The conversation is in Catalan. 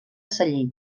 celler